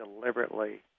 deliberately